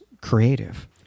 creative—